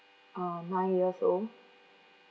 uh nine years old